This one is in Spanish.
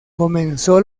comenzó